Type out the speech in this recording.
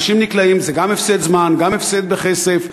אנשים נקלעים, זה גם הפסד זמן, גם הפסד בכסף.